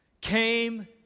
came